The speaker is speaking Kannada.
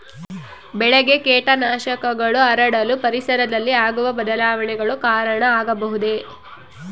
ಬೆಳೆಗೆ ಕೇಟನಾಶಕಗಳು ಹರಡಲು ಪರಿಸರದಲ್ಲಿ ಆಗುವ ಬದಲಾವಣೆಗಳು ಕಾರಣ ಆಗಬಹುದೇ?